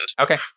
Okay